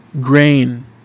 grain